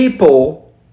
People